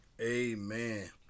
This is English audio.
Amen